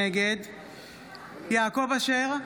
נגד יעקב אשר,